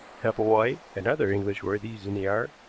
heppelwhite, and other english worthies in the art,